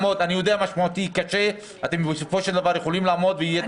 המנגנון שאנחנו מדברים עליו לא